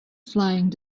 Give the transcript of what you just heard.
flying